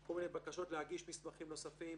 כל מיני בקשות להגיש מסמכים נוספים,